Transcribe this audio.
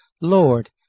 Lord